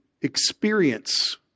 experience